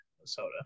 Minnesota